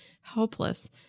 helpless